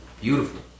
Beautiful